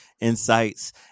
insights